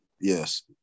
Yes